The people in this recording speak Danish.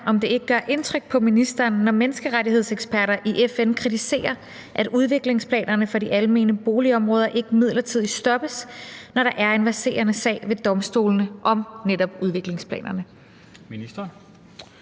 Gør det ikke indtryk på ministeren, når menneskerettighedseksperter i FN kritiserer, at udviklingsplanerne for de almene boligområder ikke midlertidigt stoppes, når der er en verserende sag ved domstolene om udviklingsplanerne?